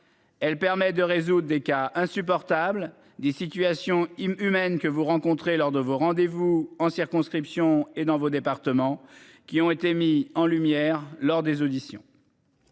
Elle permet de résoudre des cas insupportable des situations humaine que vous rencontrez lors de vos rendez-vous en circonscription et dans vos départements qui ont été mis en lumière lors des auditions.